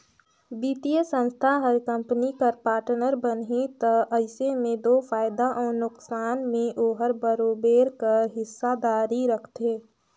बित्तीय संस्था हर कंपनी कर पार्टनर बनही ता अइसे में दो फयदा अउ नोसकान में ओहर बरोबेर कर हिस्सादारी रखथे